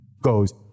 goes